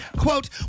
quote